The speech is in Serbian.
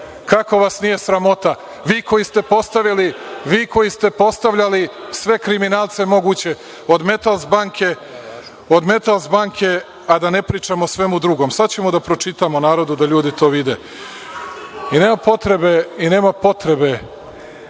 Sram vas bilo!)Vi koji ste postavljali sve kriminalce moguće, od „Metals banke“, a da ne pričam o svemu drugom. Sada ćemo da pročitamo narodu, da ljudi to vide. Nema potrebe, nikakve potrebe